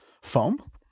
Foam